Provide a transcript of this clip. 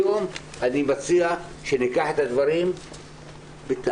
היום אני מציע שניקח את הדברים בטעם.